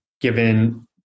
given